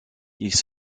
ils